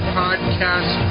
podcast